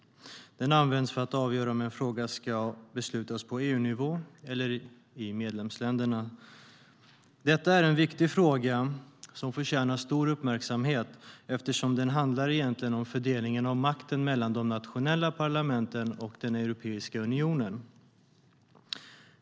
Den används för att avgöra om en fråga ska beslutas på EU-nivå eller i medlemsländerna. Det är en viktig fråga som förtjänar stor uppmärksamhet eftersom det egentligen handlar om fördelning av makt mellan de nationella parlamenten och Europeiska unionen.